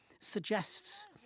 suggests